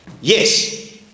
Yes